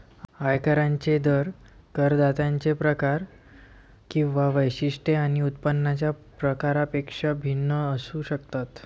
आयकरांचे दर करदात्यांचे प्रकार किंवा वैशिष्ट्ये आणि उत्पन्नाच्या प्रकारापेक्षा भिन्न असू शकतात